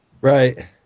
Right